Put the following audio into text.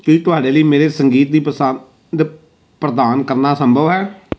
ਕੀ ਤੁਹਾਡੇ ਲਈ ਮੇਰੇ ਸੰਗੀਤ ਦੀ ਪਸੰਦ ਪ੍ਰਦਾਨ ਕਰਨਾ ਸੰਭਵ ਹੈ